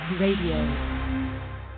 radio